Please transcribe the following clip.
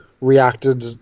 reacted